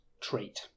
trait